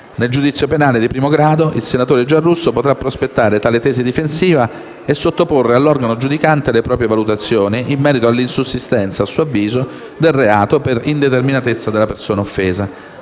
Nel giudizio penale di primo grado il senatore Giarrusso potrà prospettare tale tesi difensiva e sottoporre all'organo giudicante le proprie valutazioni in merito all'insussistenza - a suo avviso - del reato per indeterminatezza della persona offesa,